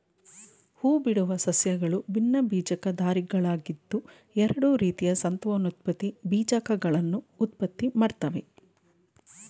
ಹೂಬಿಡುವ ಸಸ್ಯಗಳು ಭಿನ್ನಬೀಜಕಧಾರಿಗಳಾಗಿದ್ದು ಎರಡು ರೀತಿಯ ಸಂತಾನೋತ್ಪತ್ತಿ ಬೀಜಕಗಳನ್ನು ಉತ್ಪತ್ತಿಮಾಡ್ತವೆ